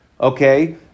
okay